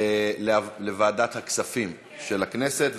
לוועדת הכספים של הכנסת,